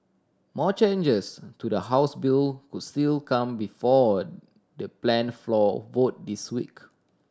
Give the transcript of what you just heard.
more changes to the House bill could still come before the planned floor vote this week